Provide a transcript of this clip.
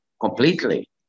completely